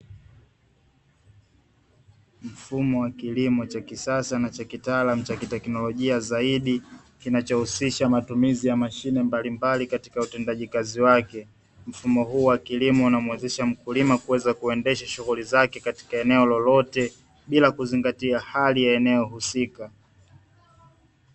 Mfumo wa kilimo cha kisasa na cha kitaalamu cha kitekinolojia zaidi; kinachohusisha matumizi ya mashine mbalimbali katika utendaji kazi wake. Mfumo huu wa kilimo unamuwezesha mkulima kuweza kuendesha shughuli zake katika eneo lolote, bila kuzingatia hali ya eneo husika.